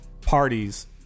parties